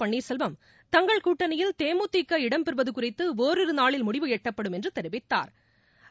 பள்ளீா செல்வம் தங்கள் கூட்டணியில் தேமுதிக இடம் பெறுவது குறித்து ஓரிரு நாளில் முடிவு எட்டப்படும் என்று தெரிவித்தாா்